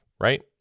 right